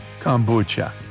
kombucha